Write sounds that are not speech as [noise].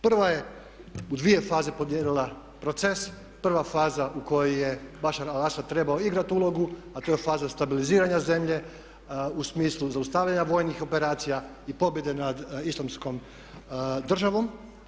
Prva je u dvije faze podijelila proces, prva faza u kojoj je … [unintelligible] trebao igrat ulogu, a to je faza stabiliziranja zemlje u smislu zaustavljanja vojnih operacija i pobjede nad Islamskom državom.